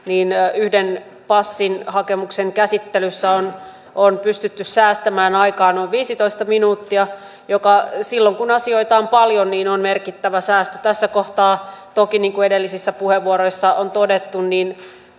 niin yhden passihakemuksen käsittelyssä on on pystytty säästämään aikaa noin viisitoista minuuttia joka silloin kun asioita on paljon on merkittävä säästö tässä kohtaa toki niin kuin edellisissä puheenvuoroissa on todettu